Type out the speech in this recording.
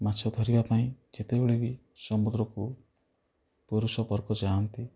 ମାଛ ଧରିବା ପାଇଁ ଯେତେବେଳେ ବି ସମୁଦ୍ରକୁ ପୁରୁଷ ବର୍ଗ ଯାଆନ୍ତି